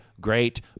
great